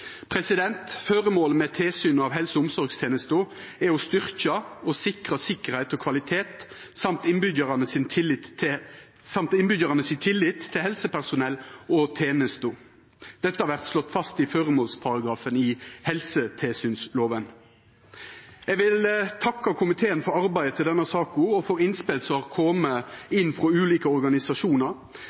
helsevesen. Føremålet med tilsynet av helse- og omsorgstenesta er å styrkja og sikra sikkerheit og kvalitet i tillegg til tillit frå innbyggjarane til helsepersonell og tenesta. Dette vert slått fast i føremålsparagrafen i helsetilsynsloven. Eg vil takka komiteen for arbeidet i denne saka og for innspel som har kome frå ulike organisasjonar.